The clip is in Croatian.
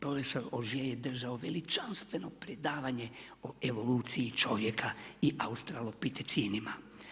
Profesor … je držao veličanstveno predavanje o evoluciji čovjeka i o australopitecinima.